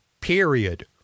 period